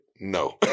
No